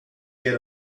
get